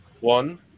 one